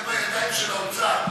זה בידיים של האוצר.